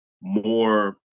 more